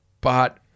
But-